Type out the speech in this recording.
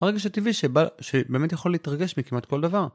הרגש הטבעי שבאל.. שבאמת יכול להתרגש מכמעט כל דבר